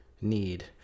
need